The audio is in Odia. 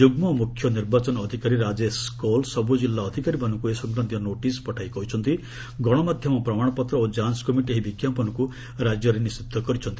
ଯୁଗ୍ମ ମୁଖ୍ୟ ନିର୍ବାଚନ ଅଧିକାରୀ ରାଜେଶ କୌଲ୍ ସବୁ ଜିଲ୍ଲା ଅଧିକାରୀମାନଙ୍କୁ ଏ ସଂକ୍ରାନ୍ତୀୟ ନୋଟିସ୍ ପଠାଇ କହିଛନ୍ତି ଗଣମାଧ୍ୟମ ପ୍ରମାଣପତ୍ର ଓ ଯାଞ୍ କମିଟି ଏହି ବିଜ୍ଞାପନକୁ ରାଜ୍ୟରେ ନିଷିଦ୍ଧ କରିଛନ୍ତି